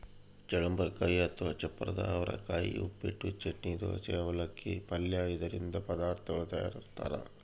ಚಳ್ಳಂಬರೆಕಾಯಿ ಅಥವಾ ಚಪ್ಪರದವರೆಕಾಯಿ ಉಪ್ಪಿಟ್ಟು, ಚಟ್ನಿ, ದೋಸೆ, ಅವಲಕ್ಕಿ, ಪಲ್ಯ ಇದರಿಂದ ಪದಾರ್ಥ ತಯಾರಿಸ್ತಾರ